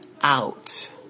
out